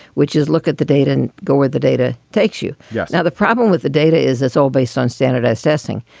which is look at the data and go with the data takes you. yeah now, the problem with the data is it's all based on standardized testing.